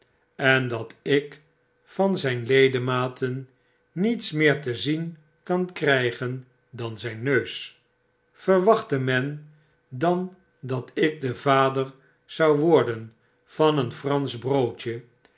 en dat ik van zijn ledematen niets meer te zien kan krggen dan zyn neus verwaehtte men dan dat ik de vader zou worden van een fransch broodje